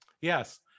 Yes